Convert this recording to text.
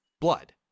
blood